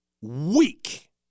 Weak